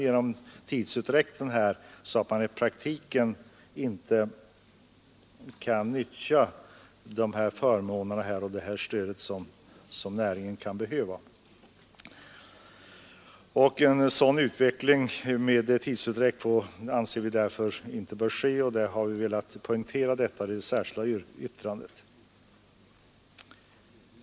En sådan tidsutdräkt kan nämligen medföra att man i praktiken inte kan utnyttja de förmåner som skall ge näringen det stöd den kan behöva. En sådan tidsutdräkt bör inte få förekomma, och vi har velat poängtera detta i det särskilda yttrandet.